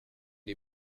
les